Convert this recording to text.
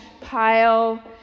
pile